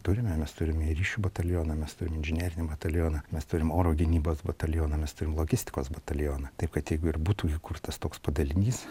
turime mes turime ir ryšių batalioną mes turim inžinerinį batalioną mes turim oro gynybos batalioną mes turim logistikos batalioną taip kad jeigu ir būtų įkurtas toks padalinys